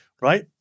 Right